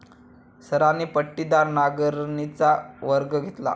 सरांनी पट्टीदार नांगरणीचा वर्ग घेतला